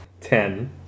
Ten